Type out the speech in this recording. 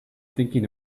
thinking